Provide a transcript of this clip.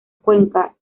cuenca